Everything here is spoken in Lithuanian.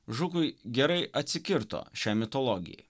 žukui gerai atsikirto šia mitologija